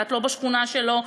קצת לא מהשכונה שלו,